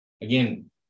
Again